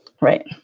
Right